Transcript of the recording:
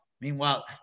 Meanwhile